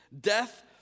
death